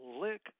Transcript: Lick